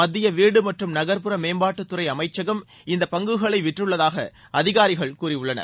மத்திய வீடு மற்றும் நகர்ப்புற மேம்பாட்டுத்துறை அமைச்சகம் இந்த பங்குகளை விற்றுள்ளதாக அதிகாரிகள் கூறிபுள்ளனர்